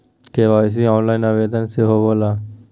KYC online आवेदन से होवे ला?